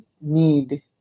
need